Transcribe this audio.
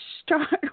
start